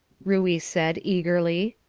ruey said eagerly.